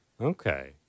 Okay